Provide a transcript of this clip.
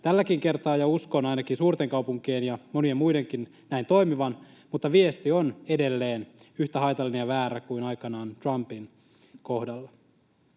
tälläkin kertaa, ja uskon ainakin suurten kaupunkien ja monien muidenkin näin toimivan, mutta viesti on edelleen yhtä haitallinen ja väärä kuin aikanaan Trumpin kohdalla.